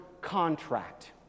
contract